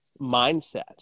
mindset